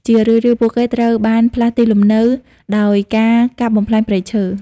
ជារឿយៗ ពួកគេត្រូវបានផ្លាស់ទីលំនៅដោយការកាប់បំផ្លាញព្រៃឈើ។